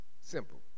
simple